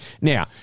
now